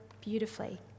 beautifully